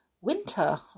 winter